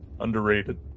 Underrated